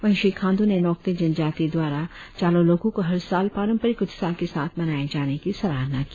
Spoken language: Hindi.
वहीं श्री खांडू ने नोक्ते जनजाती द्वारा चालो लोकू को हर साल पारंपरिक उत्साह के साथ मनाए जाने की सराहना की